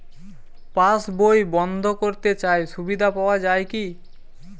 পাশ বই বন্দ করতে চাই সুবিধা পাওয়া যায় কি?